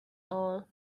all